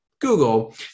Google